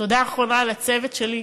תודה אחרונה לצוות שלי,